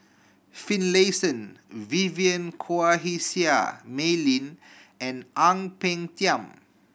Finlayson Vivien Quahe Seah Mei Lin and Ang Peng Tiam